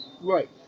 Right